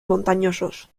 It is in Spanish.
montañosos